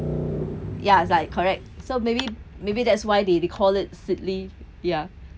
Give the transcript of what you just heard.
ya it's like correct so maybe maybe that's why they they call it seedly ya